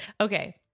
Okay